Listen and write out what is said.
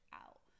out